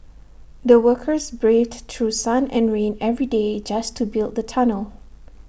the workers braved through sun and rain every day just to build the tunnel